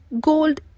Gold